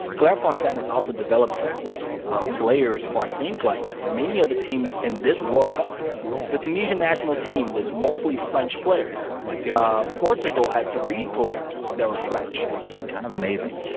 clairefontaine has also developed ah players for i think, like, many of the teams in this world cup yeah the tunisian national team was mostly french players my goodness portugal had three players that were french it's kind of amazing.